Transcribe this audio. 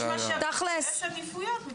יש משאבים, ויש עדיפויות מבחינת חיוניות.